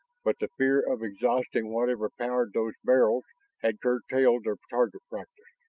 but the fear of exhausting whatever powered those barrels had curtailed their target practice.